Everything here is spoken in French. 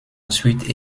ensuite